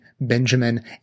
Benjamin